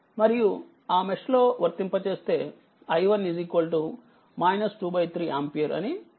మరియు ఆ మెష్లో వర్తింప చేస్తే i1 23ఆంపియర్ అని పొందుతారు